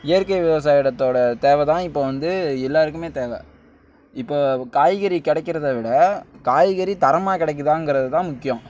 இயற்கை விவசாயடத்தோட தேவை தான் இப்போ வந்து எல்லாேருக்குமே தேவை இப்போ காய்கறி கிடைக்கிறத விட காய்கறி தரமாக கிடைக்குதாங்குறதுதான் முக்கியம்